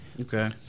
Okay